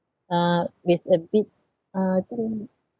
uh with a bit uh I think